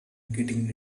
getting